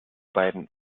beiden